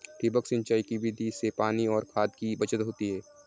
ठिबक सिंचाई की विधि से पानी और खाद की बचत होती है